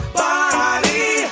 body